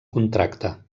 contracte